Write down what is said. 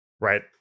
right